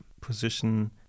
position